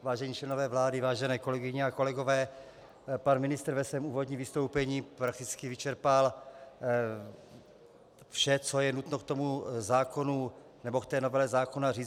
Vážení členové vlády, vážené kolegyně a kolegové, pan ministr ve svém úvodním vystoupení prakticky vyčerpal vše, co je nutno k novele zákona říct.